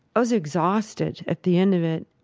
i was exhausted at the end of it.